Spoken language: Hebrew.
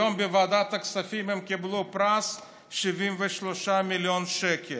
היום בוועדת הכספים הם קיבלו פרס: 73 מיליון שקל.